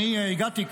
כשאני הגעתי,